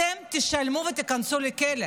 אתם תשלמו ותיכנסו לכלא.